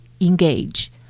engage